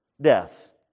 Death